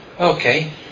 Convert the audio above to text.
Okay